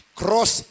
cross